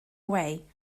away